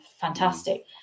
fantastic